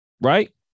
right